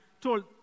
told